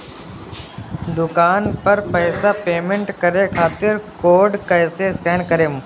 दूकान पर पैसा पेमेंट करे खातिर कोड कैसे स्कैन करेम?